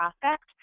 prospect